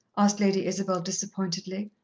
asked lady isabel disappointedly.